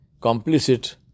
complicit